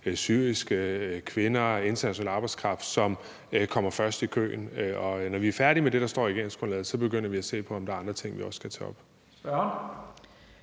syriske kvinder og international arbejdskraft, som kommer først i køen. Og når vi er færdige med det, der står i regeringsgrundlaget, så begynder vi at se på, om der er andre ting, vi også skal tage op.